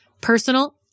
Personal